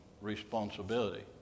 responsibility